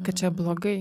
kad čia blogai